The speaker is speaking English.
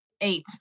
Eight